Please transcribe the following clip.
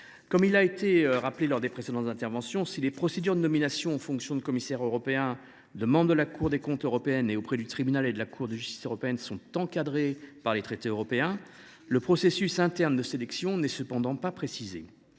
Comme cela a été rappelé lors des précédentes interventions, si les procédures de nomination aux fonctions de commissaire européen, de membre de la Cour des comptes européenne et auprès du Tribunal et de la Cour de justice de l’Union européenne sont encadrées par les traités européens, le processus interne de sélection n’est cependant pas précisé.